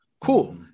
cool